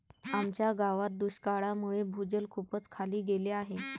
आमच्या गावात दुष्काळामुळे भूजल खूपच खाली गेले आहे